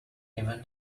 event